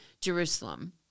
Jerusalem